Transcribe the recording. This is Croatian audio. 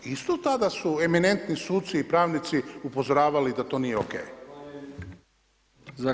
Isto tada su eminentni suci i pravnici upozoravali da to nije ok.